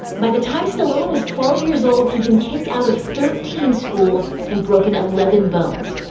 by the time stallone was twelve years old, he'd been kicked out of thirteen schools and broken eleven bones.